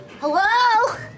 Hello